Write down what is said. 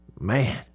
Man